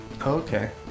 Okay